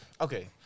okay